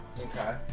okay